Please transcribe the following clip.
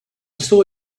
saw